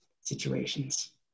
situations